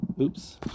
Oops